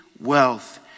wealth